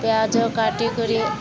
ପିଆଜ କାଟି କରି